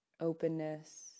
openness